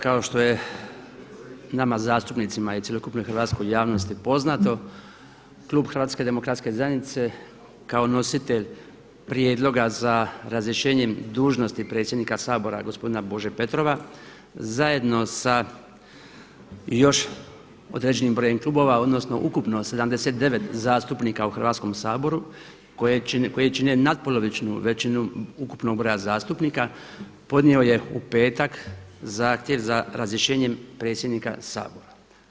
Kao što je nama zastupnicima i cjelokupnoj javnosti poznato klub Hrvatske demokratske zajednice kao nositelj prijedloga za razrješenjem dužnosti predsjednika Sabora gospodina Bože Petrova zajedno sa još određenim brojem klubova, odnosno ukupno 79 zastupnika u Hrvatskom saboru koji čine natpolovičnu većinu ukupnog broja zastupnika podnio je u petak zahtjev za razrješenjem predsjednika Sabora.